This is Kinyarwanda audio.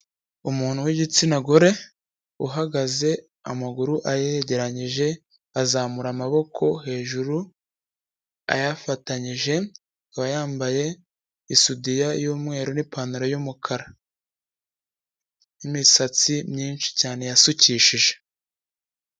Umuntu w'igitsina gore, uhagaze amaguru ayegeranyije, azamura amaboko hejuru ayafatanyije, aba yambaye isudiya y'umweru n'ipantaro y'umukara. N'imisatsi myinshi cyane yasukishije.